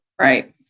Right